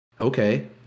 okay